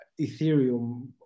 Ethereum